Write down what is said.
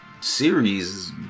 series